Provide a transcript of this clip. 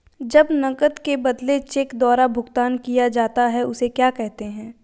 जब नकद के बदले चेक द्वारा भुगतान किया जाता हैं उसे क्या कहते है?